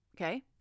Okay